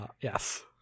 yes